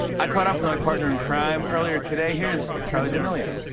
i caught up my partner in crime earlier today. here's charli d'amelio.